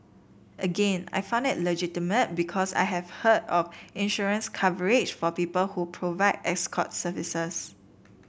again I found it legitimate because I have heard of insurance coverage for people who provide escort services